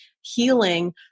healing